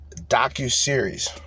docuseries